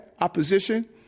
Opposition